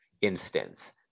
instance